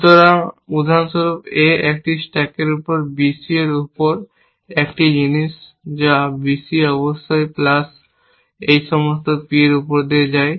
সুতরাং উদাহরণস্বরূপ A একটি স্ট্যাকের উপর B C এর উপর একটি জিনিস যা B C প্লাস অবশ্যই এই সমস্ত P এর উপর পায়